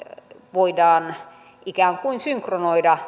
voidaan ikään kuin synkronoida